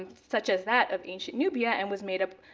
ah such as that of ancient nubia. and was made up,